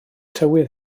tywydd